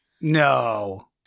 No